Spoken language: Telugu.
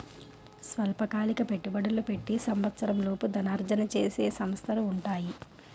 స్వల్పకాలిక పెట్టుబడులు పెట్టి సంవత్సరంలోపు ధనార్జన చేసే సంస్థలు ఉంటాయి